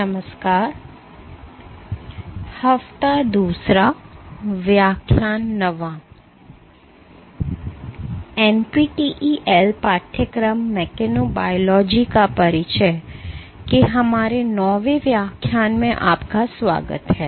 नमस्कार और NPTEL पाठ्यक्रम मेकेनोबायोलॉजी का परिचय के हमारे नौवें व्याख्यान में आपका स्वागत है